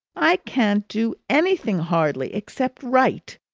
i can't do anything hardly, except write.